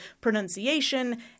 pronunciation